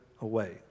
away